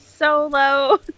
solo